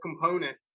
component